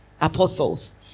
apostles